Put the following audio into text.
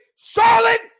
Charlotte